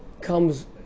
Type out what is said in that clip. comes